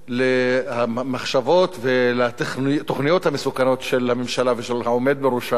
למחשבות ולתוכניות המסוכנות של הממשלה ושל העומד בראשה,